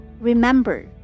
remember